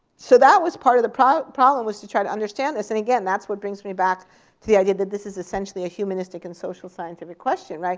so that was part of the problem, was to try to understand this. and again, that's what brings me back to the idea that this is essentially a humanistic and social scientific question. like